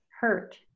hurt